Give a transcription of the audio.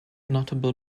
notable